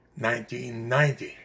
1990